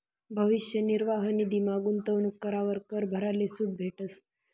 भविष्य निर्वाह निधीमा गूंतवणूक करावर कर भराले सूट भेटस